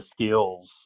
skills